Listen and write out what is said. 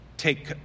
Take